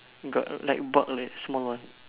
got like bug like small one